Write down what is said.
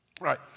Right